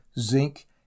zinc